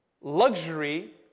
luxury